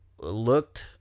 looked